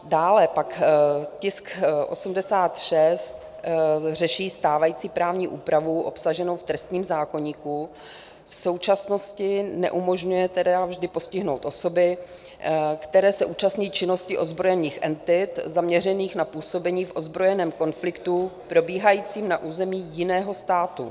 Dále pak tisk 86 řeší stávající právní úpravu obsaženou v trestním zákoníku v současnosti neumožňuje vždy postihnout osoby, které se účastní činnosti ozbrojených entit zaměřených na působení v ozbrojeném konfliktu probíhajícím na území jiného státu.